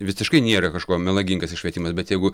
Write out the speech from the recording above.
visiškai niera kažko melagingas iškvietimas bet jeigu